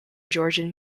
georgian